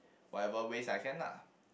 whatever ways I can lah